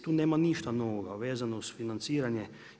Tu nema ništa novoga vezano uz financiranje.